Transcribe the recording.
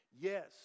Yes